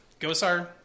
Gosar